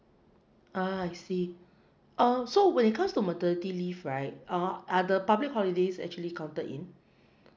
ah I see um so when it comes to maternity leave right uh are the public holidays actually counted in